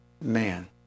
man